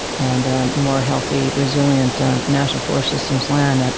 and more healthy resilient national forest systems land. and